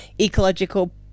ecological